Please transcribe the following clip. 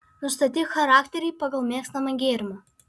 nustatyk charakterį pagal mėgstamą gėrimą